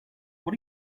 what